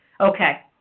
Okay